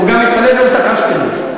הוא גם מתפלל נוסח אשכנז.